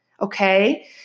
okay